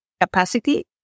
capacity